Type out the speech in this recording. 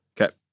Okay